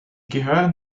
gehören